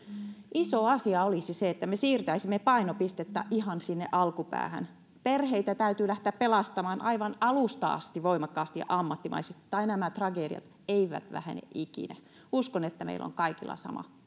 iso asia olisi se että me siirtäisimme painopistettä ihan sinne alkupäähän perheitä täytyy lähteä pelastamaan aivan alusta asti voimakkaasti ja ammattimaisesti tai nämä tragediat eivät vähene ikinä uskon että meillä on kaikilla sama